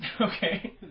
Okay